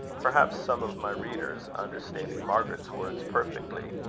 perhaps some of my readers, understanding margaret's words perfectly,